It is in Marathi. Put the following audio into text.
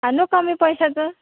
आणू कमी पैशाचं